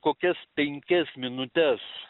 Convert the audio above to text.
kokias penkias minutes